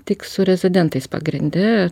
tik su rezidentais pagrinde